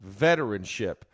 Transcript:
veteranship